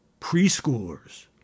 Preschoolers